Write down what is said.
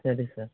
సరే సార్